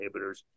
inhibitors